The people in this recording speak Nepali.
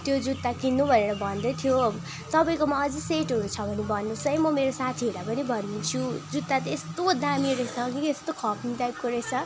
त्यो जुत्ता किन्नु भनेर भन्दै थियो तपाईँकोमा अझै सेटहरू छ भने भन्नुहोस् म मेरो साथीहरूलाई पनि भनिदिन्छु जुत्ता त यस्तो दामी रहेछ कि यस्तो खप्ने टाइपको रहेछ